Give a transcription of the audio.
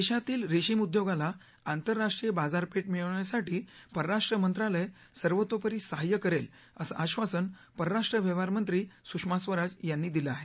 देशातील रेशीम उद्योगाला आंतरराष्ट्रीय बाजारपेठ मिळवण्यासाठी पस्राष्ट्र मंत्रालय सर्वतोपरी सहाय्य करेल असं आधासन परराष्ट्र व्यवहारमंत्री सुधमा स्वराज यांनी दिलं आहे